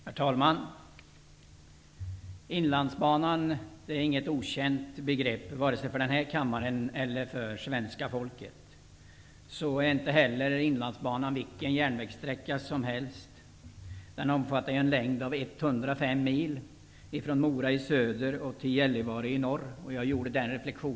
Herr talman! Inlandsbanan är inget okänt begrepp vare sig för denna kammare eller för svenska folket i övrigt. Så är inte heller Inlandsbanan vilken järnvägssträcka som helst. Den omfattar en 105 mil lång sträcka från Mora i söder till Gällivaare i norr.